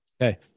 Okay